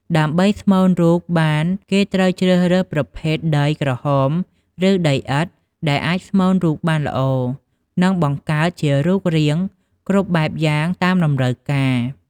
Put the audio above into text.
ដើម្បីស្មូនរូបបានគេត្រូវជ្រើសរើសប្រភេដដីក្រហមឬដីឥដ្ធដែលអាចស្មូនរូបបានល្អ និងបង្កើតជារូបរាងគ្រប់បែបយ៉ាងតាមតម្រូវការ។